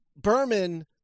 Berman